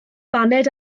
baned